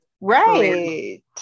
Right